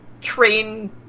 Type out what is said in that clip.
train